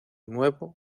nuevo